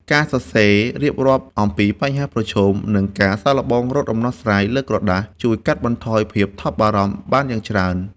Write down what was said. ការសរសេររៀបរាប់អំពីបញ្ហាប្រឈម និងការសាកល្បងរកដំណោះស្រាយលើក្រដាស ជួយកាត់បន្ថយភាពថប់បារម្ភបានយ៉ាងច្រើន។